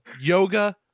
yoga